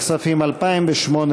לשנת הכספים 2018,